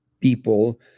people